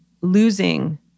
losing